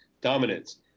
dominance